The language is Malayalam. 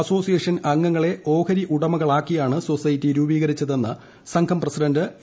അസ്റ്റോസീയേഷൻ അംഗങ്ങളെ ഓഹരി ഉടമകളാക്കിയാണ് സൊസ്സെറ്റീ പ്രൂപീകരിച്ചതെന്ന് സംഘം പ്രസിഡന്റ് എ